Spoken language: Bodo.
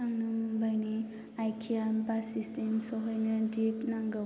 आंनो मुम्बाइनि आइकिया बासिसिम सौहैनो दिग नांगौ